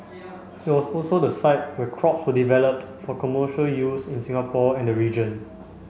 it was also the site where crops were developed for commercial use in Singapore and the region